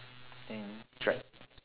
and dried